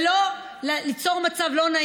לא אנחנו.